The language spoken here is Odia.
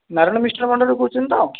ନାରାୟଣ ମିଷ୍ଟାନ୍ନ ଭଣ୍ଡାରରୁ କହୁଛନ୍ତି ତ